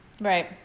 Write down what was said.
Right